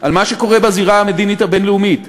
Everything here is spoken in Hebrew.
על מה שקורה בזירה המדינית הבין-לאומית,